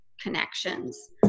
connections